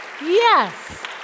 Yes